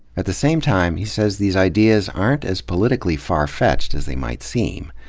at the same time, he says, these ideas aren't as politically far-fetched as they might seem.